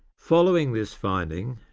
following this finding,